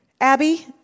Abby